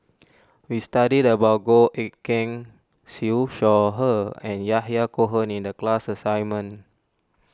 we studied about Goh Eck Kheng Siew Shaw Her and Yahya Cohen in the class assignment